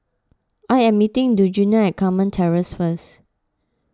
I am meeting Djuana at Carmen Terrace first